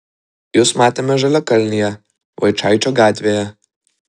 jus matėme žaliakalnyje vaičaičio gatvėje